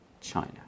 China